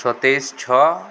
ସତେଇଶ ଛଅ